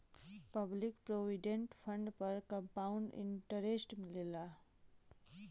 public provident fund पर compound interest मिलला